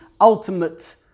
ultimate